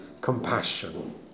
compassion